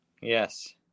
Yes